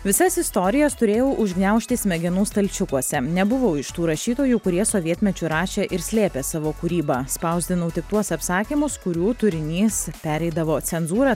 visas istorijas turėjau užgniaužti smegenų stalčiukuose nebuvau iš tų rašytojų kurie sovietmečiu rašė ir slėpė savo kūrybą spausdinau tik tuos apsakymus kurių turinys pereidavo cenzūrą